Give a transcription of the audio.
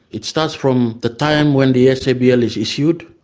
it starts from the time when the ah sabl is issued,